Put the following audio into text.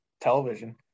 television